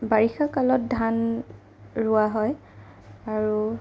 বাৰিষা কালত ধান ৰোৱা হয় আৰু